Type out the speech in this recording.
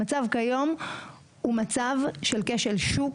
המצב כיום הוא מצב של כשל שוק,